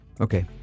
Okay